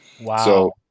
Wow